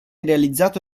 realizzato